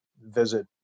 visit